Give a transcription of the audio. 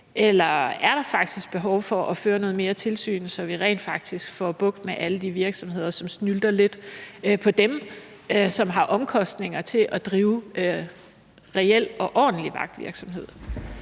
eller er der faktisk behov for at føre noget mere tilsyn, så vi rent faktisk får bugt med alle de virksomheder, som snylter lidt på dem, som har omkostninger til at drive reel og ordentlig vagtvirksomhed?